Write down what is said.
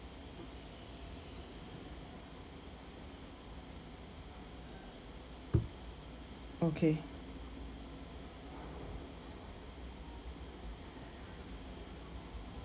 okay